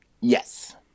yes